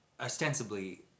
ostensibly